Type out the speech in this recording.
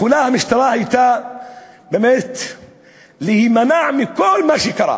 יכולה הייתה המשטרה באמת להימנע מכל מה שקרה,